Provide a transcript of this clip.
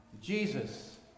Jesus